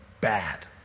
bad